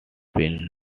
been